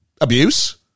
abuse